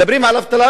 מדברים על אבטלה,